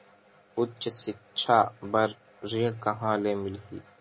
उच्च सिक्छा बर ऋण कहां ले मिलही?